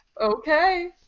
Okay